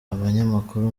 abanyamakuru